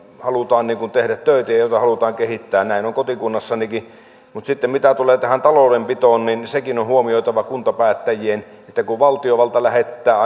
halutaan tehdä töitä ja jota halutaan kehittää näin on kotikunnassanikin mutta mitä sitten tulee tähän taloudenpitoon niin sekin on huomioitava kuntapäättäjien että kun valtiovalta lähettää